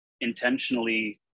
intentionally